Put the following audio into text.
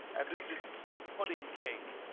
and this is pudding cake.